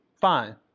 Fine